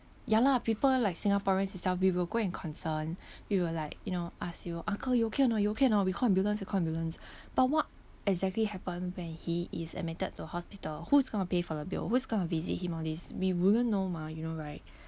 ya lah people like singaporeans itself we will go and concern we will like you know ask you uncle you okay or not you okay or not we call ambulance we call ambulance but what exactly happen when he is admitted to hospital who's going to pay for the bill who's going to visit him all this we wouldn't know mah you know right